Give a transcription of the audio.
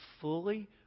fully